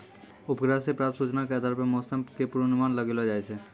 उपग्रह सॅ प्राप्त सूचना के आधार पर मौसम के पूर्वानुमान लगैलो जाय छै